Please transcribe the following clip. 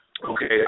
Okay